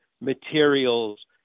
materials